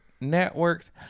networks